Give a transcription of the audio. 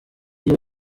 iyo